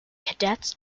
cadets